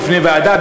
בפני ועדה,